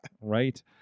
Right